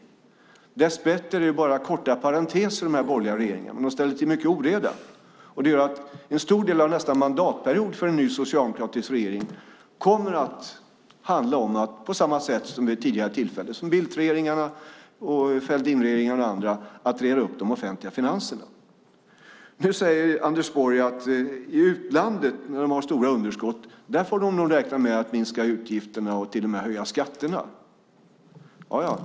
Dess bättre är det bara korta parenteser med borgerliga regeringar, men de ställer till mycket oreda. Det gör att en stor del av nästa mandatperiod för en ny socialdemokratisk regering kommer att handla om att på samma sätt som vid tidigare tillfällen, efter Bildtregeringen, Fälldinregeringarna och andra, reda upp de offentliga finanserna. Nu säger Anders Borg att när de har stora underskott i utlandet får de nog räkna med att minska utgifterna och till och med höja skatterna.